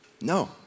No